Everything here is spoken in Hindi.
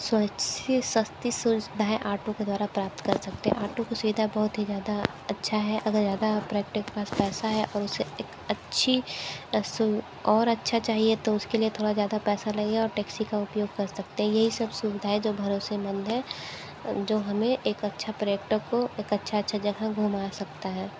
सुरक्षित सस्ती सुविधाएँ ऑटो के द्वारा प्राप्त कर सकते हैं ऑटो की सुविधा बहुत ही ज़्यादा अच्छा है अगर ज़्यादा पर्यटक के पास पैसा है और उसे एक अच्छी सुव और अच्छा चाहिए तो उस के लिए थोड़ा ज़्यादा पैसा लगेगा और टैक्सी का उपयोग कर सकते हैं यही सब सुविधा है जो भरोसेमंद है जो हमें एक अच्छा पर्यटक को एक अच्छी अच्छी जगह घूमा सकता है